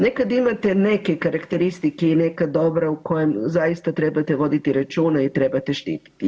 Nekad imate neke karakteristike i neka dobra u kojem zaista trebate voditi računa i trebate štititi.